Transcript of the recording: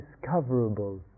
discoverable